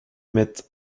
mettent